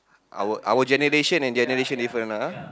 our our generation and generation different lah ah